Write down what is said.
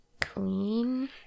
Queen